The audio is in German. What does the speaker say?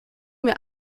mir